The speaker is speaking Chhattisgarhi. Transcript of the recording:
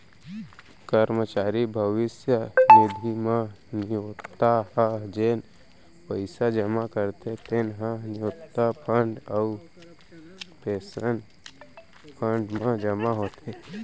करमचारी भविस्य निधि म नियोक्ता ह जेन पइसा जमा करथे तेन ह नियोक्ता फंड अउ पेंसन फंड म जमा होथे